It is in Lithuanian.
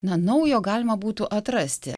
na naujo galima būtų atrasti